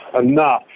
enough